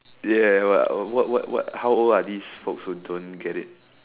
ya what what what what how old are these folks who don't get it